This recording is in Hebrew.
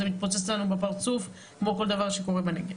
זה מתפוצץ לנו בפרצוף כמו כל דבר שקורה בנגב.